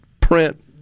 print